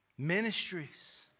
Ministries